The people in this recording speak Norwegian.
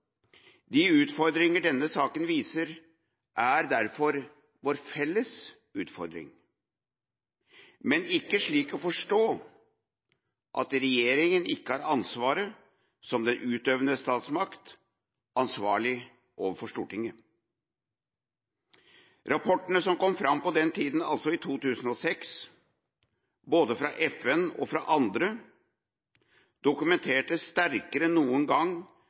De utfordringer denne saka viser, er derfor våre felles utfordringer. Men det er ikke slik å forstå at regjeringa ikke har ansvaret som den utøvende statsmakt – ansvarlig overfor Stortinget. Rapportene som kom på den tiden, altså i 2006, både fra FN og fra andre, dokumenterte sterkere enn noen gang